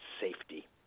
safety